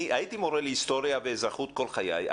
אני הייתי מורה להיסטוריה ואזרחות כל חיי,